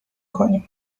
کنیم